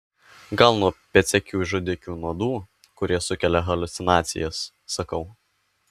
gal nuo pėdsekių žudikių nuodų kurie sukelia haliucinacijas sakau